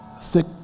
thick